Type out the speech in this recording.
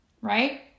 right